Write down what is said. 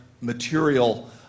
material